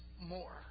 more